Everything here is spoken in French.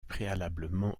préalablement